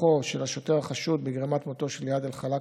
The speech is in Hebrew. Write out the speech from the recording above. כוחו של השוטר החשוד בגרימת מותו של איאד אלחלאק